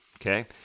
Okay